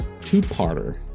two-parter